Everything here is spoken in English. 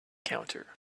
counter